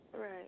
right